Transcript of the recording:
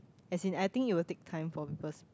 as in I think it will take time for people's